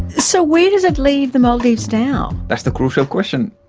so where does it leave the maldives now? that's the crucial question.